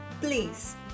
Please